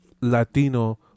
latino